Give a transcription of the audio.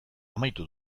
amaitu